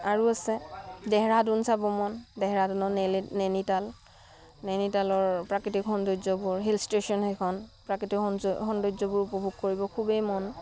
আৰু আছে ডেহৰাডুন চাব মন ডেহৰাডুনত নেইনিতাল নেইনিতালৰ প্ৰাকৃতিক সৌন্দৰ্যবোৰ হিল ষ্টেশ্যন সেইখন প্ৰাকৃতিক সৌন্দৰ্যবোৰ উপভোগ কৰিব খুবেই মন